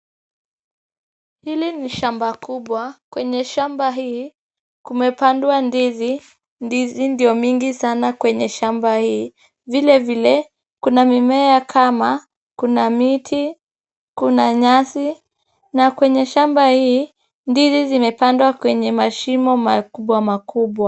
Hili ni shamba kubwa, kwenye shamba hii kumepandwa ndizi. Ndizi ndio mingi sana kwenye shamba hii . Vilevile kuna mimea kama ;kuna miti ,kuna nyasi na kwenye shamba hii ndizi zimepandwa kwenye mashimo makubwa makubwa.